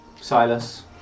Silas